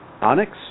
Onyx